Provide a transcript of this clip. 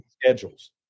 Schedules